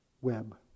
web